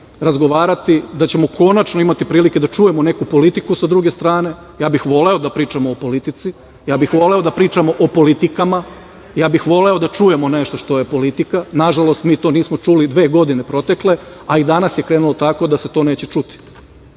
da ćemo konačno imati prilike da čujemo neku politiku sa druge strane. Voleo bih da pričamo o politici, voleo bih da pričamo o politikama, voleo bih da čujemo nešto što je politika. Nažalost, mi to nismo čuli dve godine protekle, a i danas je krenulo tako da se to neće